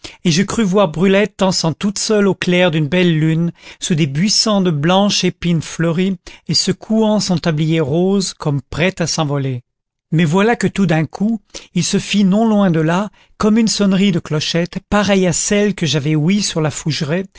et je crus voir brulette dansant toute seule au clair d'une belle lune sous des buissons de blanche épine fleurie et secouant son tablier rose comme prête à s'envoler mais voilà que tout d'un coup il se fit non loin de là comme une sonnerie de clochette pareille à celle que j'avais ouïe sur la fougeraie